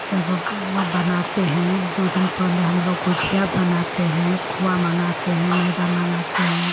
सब बनाते हैं दो दिन पहले हम लोग गोझिया बनाते हैं खोवा मँगाते हैं मैदा मँगाते हैं